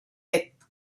être